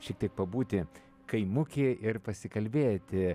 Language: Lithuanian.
šiek tiek pabūti kaimuky ir pasikalbėti